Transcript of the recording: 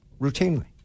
routinely